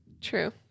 True